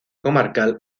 comarcal